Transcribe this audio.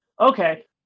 Okay